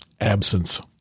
Absence